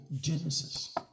Genesis